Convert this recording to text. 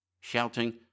shouting